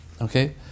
Okay